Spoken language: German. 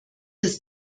des